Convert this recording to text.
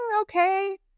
okay